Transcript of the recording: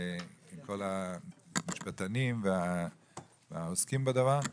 עם כל המשפטנים והעוסקים בדבר,